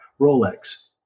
Rolex